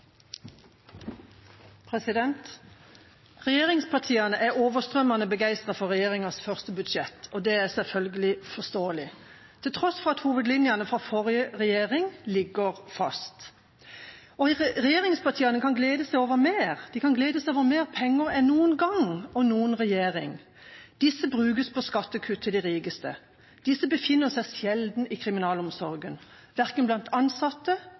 selvfølgelig forståelig – til tross for at hovedlinjene fra forrige regjering ligger fast. Regjeringspartiene kan glede seg over mer – de kan glede seg over mer penger enn noen gang, og noen annen regjering. De pengene brukes på skattekutt til de rikeste. Disse befinner seg sjelden i kriminalomsorgen, verken blant ansatte,